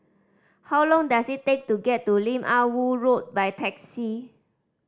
how long does it take to get to Lim Ah Woo Road by taxi